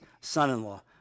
son-in-law